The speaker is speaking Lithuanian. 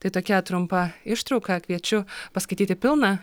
tai tokia trumpa ištrauka kviečiu paskaityti pilną